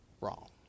wrong